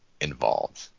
involved